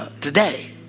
today